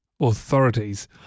authorities